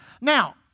Now